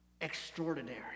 extraordinary